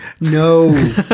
No